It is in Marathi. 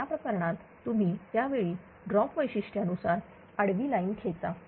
तर त्या प्रकरणात तुम्ही त्यावेळी ड्रॉप वैशिष्ट्या नुसार आडवी लाईन खेचा